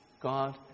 God